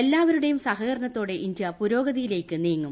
എല്ലാവരുടെയും സഹകരണത്തോടെ ഇന്ത്യ പുരോഗതിയിലേക്ക് നീങ്ങും